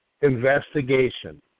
investigation